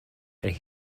and